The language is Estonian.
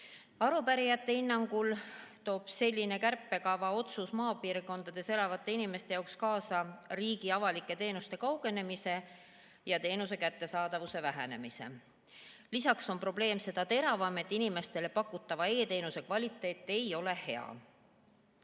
Arupärijate hinnangul toob selline kärpeotsus maapiirkondades elavate inimeste jaoks kaasa riigi avalike teenuste neist kaugenemise ja teenuse kättesaadavuse vähenemise. Probleem on seda teravam, et inimestele pakutava e‑teenuse kvaliteet ei ole hea.